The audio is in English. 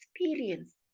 experience